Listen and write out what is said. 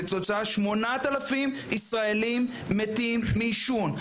8,000 ישראלים מתים מעישון.